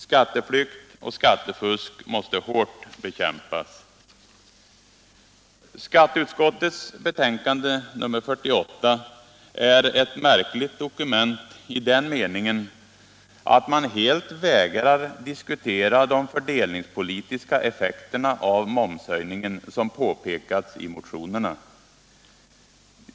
Skatteflykt och skattefusk måste hårt bekämpas. Skatteutskottets betänkande nr 48 är ett märkligt dokument i den meningen att man helt vägrar diskutera de fördelningspolitiska effekterna av momshöjningen som påtalats i motionerna.